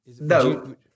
no